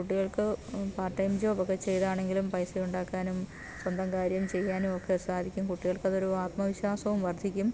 കുട്ടികൾക്ക് part time job ഒക്കെ ചെയ്താണെങ്കിലും പൈസ ഉണ്ടാക്കാനും സ്വന്തം കാര്യം ചെയ്യാനും ഒക്കെ സാധിക്കും കുട്ടികൾക്ക് അതൊരു ആത്മവിശ്വാസവും വർദ്ധിക്കും